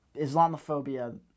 Islamophobia